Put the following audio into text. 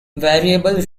variable